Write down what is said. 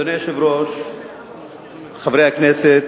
חבר הכנסת